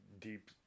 deep